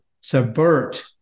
subvert